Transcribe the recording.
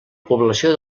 població